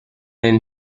and